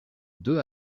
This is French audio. deux